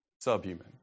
Subhuman